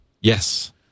Yes